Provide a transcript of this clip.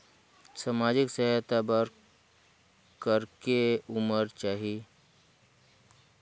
समाजिक सहायता बर करेके उमर चाही?